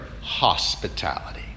hospitality